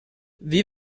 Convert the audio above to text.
wie